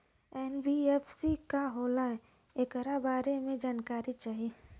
NBFC का होला ऐकरा बारे मे जानकारी चाही?